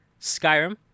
Skyrim